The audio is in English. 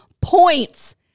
points